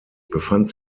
befand